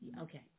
Okay